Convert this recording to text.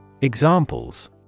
Examples